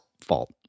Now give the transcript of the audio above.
fault